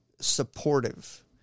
supportive